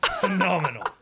Phenomenal